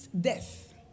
death